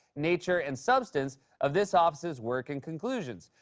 nature, and substance of this office's working conclusions.